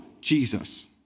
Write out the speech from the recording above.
Jesus